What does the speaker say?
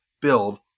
build